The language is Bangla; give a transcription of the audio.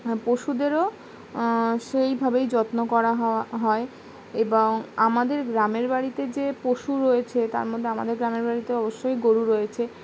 পশুদেরও সেইভাবেই যত্ন করা হয় এবং আমাদের গ্রামের বাড়িতে যে পশু রয়েছে তার মধ্যে আমাদের গ্রামের বাড়িতে অবশ্যই গরু রয়েছে